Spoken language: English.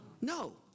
No